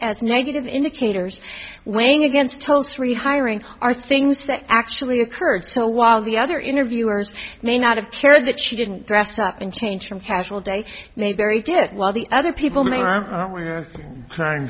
as negative indicators weighing against host rehiring are things that actually occurred so while the other interviewers may not have cared that she didn't dress up and change from casual day mayberry did well the other people